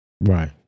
right